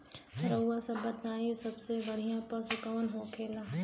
रउआ सभ बताई सबसे बढ़ियां पशु कवन होखेला?